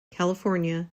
california